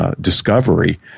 discovery